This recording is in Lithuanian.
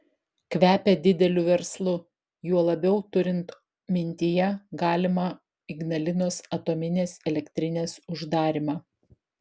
kvepia dideliu verslu juo labiau turint mintyje galimą ignalinos atominės elektrinės uždarymą